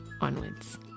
Onwards